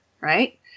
right